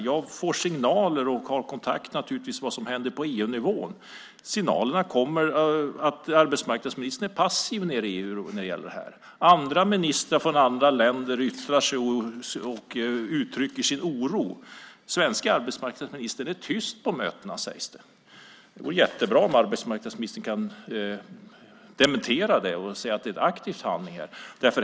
Jag får signaler och har naturligtvis kontakter om vad som händer på EU-nivå. Signalerna kommer om att arbetsmarknadsministern är passiv nere i EU när det gäller det här. Andra ministrar från andra länder yttrar sig och uttrycker sin oro. Den svenske arbetsmarknadsministern är tyst på mötena, sägs det. Det vore jättebra om arbetsmarknadsministern kunde dementera det och säga att det är ett aktivt handlande.